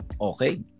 Okay